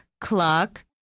clock